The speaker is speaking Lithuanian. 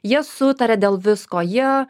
jie sutaria dėl visko jie